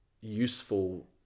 useful